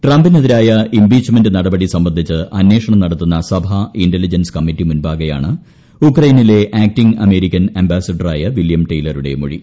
ട്രംപിനെതിരായ impeachment നടപടി സംബന്ധിച്ച് അന്വേഷണം നടത്തുന്ന സഭാ ഇന്റലിജൻസ് കമ്മിറ്റി മുൻപാകെയാണ് ഉക്രെയിനിലെ ആക്ടിങ് അമേരിക്കൻ അംബാസിഡറായ വില്യം ടെയിലറുടെ മൊഴി